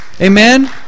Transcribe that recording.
amen